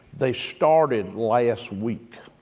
they started last week.